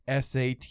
SAT